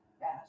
Yes